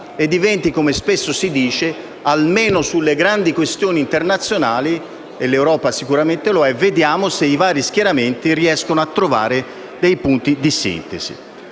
riferimento per tutti, almeno sulle grandi questioni internazionali - e l'Europa sicuramente lo è - e vediamo se i vari schieramenti riescono a trovare dei punti di sintesi.